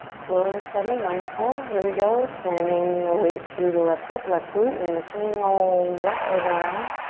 slow and steady, mindful, here we go. sending your weight to the left hip, left glute. you're gonna swing ol' right leg around.